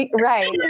Right